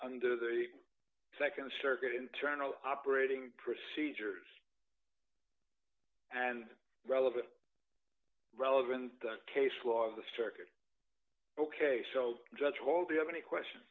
under the nd circuit internal operating procedures and relevant relevant case law of the circuit ok so judge won't have any question